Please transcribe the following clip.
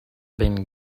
been